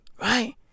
Right